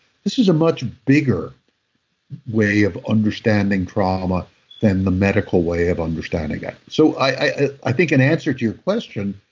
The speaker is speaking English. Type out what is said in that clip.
this is a much bigger way of understanding trauma than the medical way of understanding it so, i i think in answer to your question,